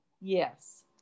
Yes